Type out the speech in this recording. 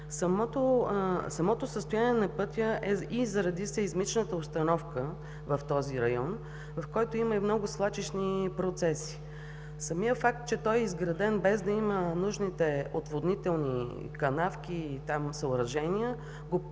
Самото състояние на пътя е и заради сеизмичната обстановка в този район, в който има и много свлачищни процеси. Самият факт, че той е изграден без да има нужните отводнителни канавки и съоръжения, го поставя